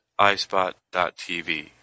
iSpot.TV